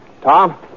Tom